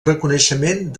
reconeixement